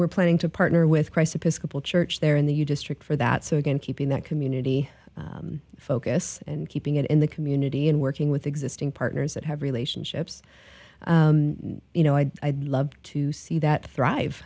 we're planning to partner with crisis couple church there in the u district for that so again keeping that community focus and keeping it in the community and working with existing partners that have relationships you know i'd love to see that thrive